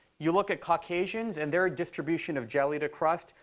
you look at caucasians, and their distribution of jelly to crust,